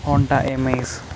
Honda amaze